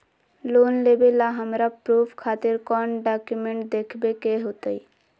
Loan लेबे ला हमरा प्रूफ खातिर कौन डॉक्यूमेंट देखबे के होतई?